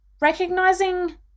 recognizing